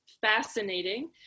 fascinating